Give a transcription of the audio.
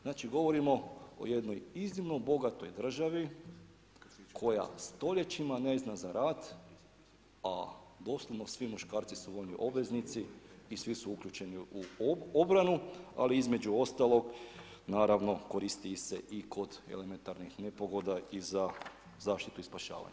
Znači govorimo o jednom iznimno bogatoj državi koja stoljećima ne zna za rat a doslovno svi muškarci su vojni obveznici i svi su uključeni u obranu ali između ostalog naravno koristi se i kod elementarnih nepogoda i za zaštitu i spašavanje.